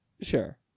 Sure